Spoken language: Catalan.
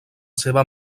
seva